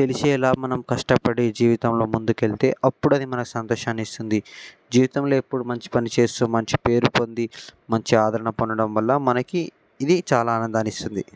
తెలిసేలా మనం కష్టపడి జీవితంలో ముందుకెళితే అప్పుడది మనకి సంతోషాన్ని ఇస్తుంది జీవితంలో ఎప్పుడూ మంచి పని చేస్తూ మంచి పేరు పొంది మంచి ఆదరణ పొందడం వల్ల మనకి ఇది చాలా ఆనందాన్ని ఇస్తుంది